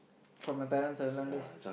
from your parents ah you learn this